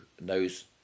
knows